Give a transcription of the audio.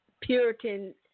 Puritan